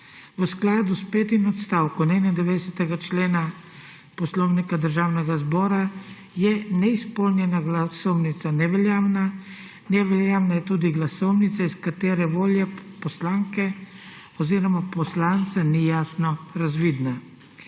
V skladu s petim odstavkom 91. člena Poslovnika Državnega zbora je neizpolnjena glasovnica neveljavna, neveljavna je tudi glasovnica, iz katere volja poslanke oziroma poslanca ni jasno razvidna.